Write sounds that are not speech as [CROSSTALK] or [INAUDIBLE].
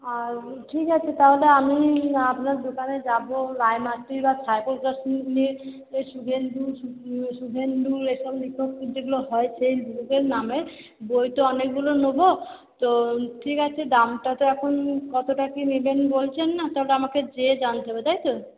আর ঠিক আছে তাহলে আমি আপনার দোকানে যাবো রায় মার্টিন বা ছায়া প্রকাশনীর [UNINTELLIGIBLE] শুভেন্দু সুখেন্দু এসব লেখকের যেগুলো হয় সেই লেখকের নামে বইতো অনেকগুলো নেবো তো ঠিক আছে দামটা তো এখন কতটা কি নেবেন বলছেন না তাহলে আমাকে যেয়ে জানতে হবে তাই তো